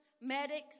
medics